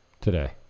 today